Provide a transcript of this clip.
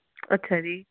ਅੱਛਾ ਜੀ